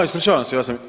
A ispričavam se, ja sam.